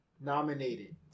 nominated